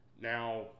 now